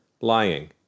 lying